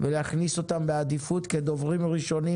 ולהכניס אותם בעדיפות כדוברים ראשונים